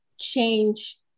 change